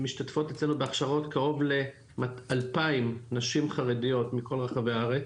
אצלנו בהכשרות קרוב ל-2000 נשים חרדיות מכל רחבי הארץ,